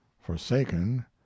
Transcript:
forsaken